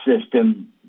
system